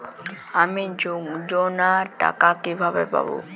আমি যোজনার টাকা কিভাবে পাবো?